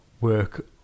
work